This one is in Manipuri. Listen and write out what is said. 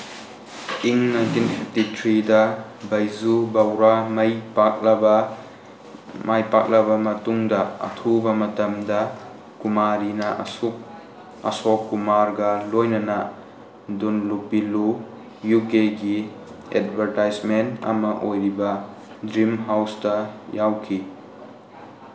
ꯏꯪ ꯅꯥꯏꯟꯇꯤꯟ ꯐꯤꯞꯇꯤꯊ꯭ꯔꯤꯗ ꯕꯩꯖꯨ ꯕꯋ꯭ꯔꯥ ꯃꯥꯏ ꯄꯥꯛꯂꯕ ꯃꯥꯏ ꯄꯥꯛꯂꯕ ꯃꯇꯨꯡꯗ ꯑꯊꯨꯕ ꯃꯇꯝꯗ ꯀꯨꯃꯥꯔꯤꯅ ꯑꯁꯣꯛ ꯀꯨꯃꯥꯔꯒ ꯂꯣꯏꯅꯅ ꯗꯨꯟꯂꯨꯄꯤꯂꯨ ꯌꯨꯀꯦꯒꯤ ꯑꯦꯠꯚꯔꯇꯥꯏꯁꯃꯦꯟ ꯑꯃ ꯑꯣꯏꯔꯤꯕ ꯗ꯭ꯔꯤꯝ ꯍꯥꯎꯁꯇ ꯌꯥꯎꯈꯤ